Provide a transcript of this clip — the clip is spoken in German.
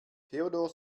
theodor